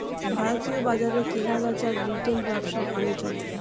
ভারতীয় বাজারে কেনাবেচার রিটেল ব্যবসা ভালো চলে